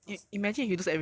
cause !wah!